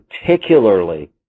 particularly